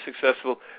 successful